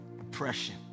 oppression